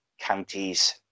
counties